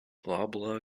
loblaw